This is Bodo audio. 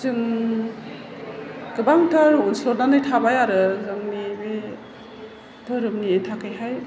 जों गोबांथार थाबाय आरो जोंनि बे धोरोमनि थाखाय हाय